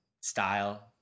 Style